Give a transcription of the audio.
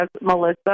Melissa